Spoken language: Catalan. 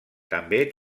també